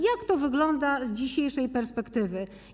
Jak to wygląda z dzisiejszej perspektywy?